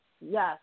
Yes